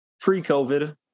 pre-COVID